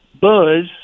Buzz